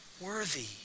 worthy